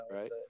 right